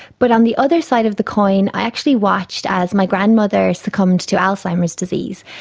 but on the other side of the coin i actually watched as my grandmother succumbed to alzheimer's disease.